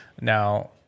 Now